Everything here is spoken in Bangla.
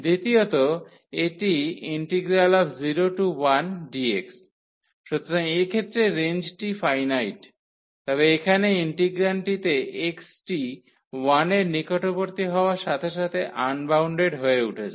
দ্বিতীয়ত এটি 01dx সুতরাং এক্ষেত্রে রেঞ্জটি ফাইনাইট তবে এখানে ইন্টিগ্রান্ডটিতে x টি 1 এর নিকটবর্তী হওয়ার সাথে সাথে আনবাউন্ডেড হয়ে উঠছে